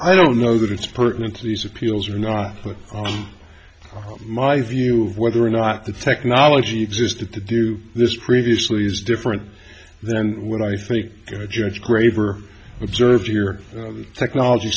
i don't know that it's pertinent to these appeals or not put on my view of whether or not the technology existed to do this previously is different than what i think the judge graver observed here technology